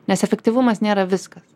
nes efektyvumas nėra viskas